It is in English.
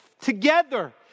together